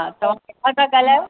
हा तव्हां किथां था ॻाल्हायो